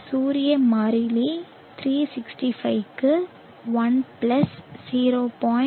சூரிய மாறிலி 365 க்குள் 1 பிளஸ் 0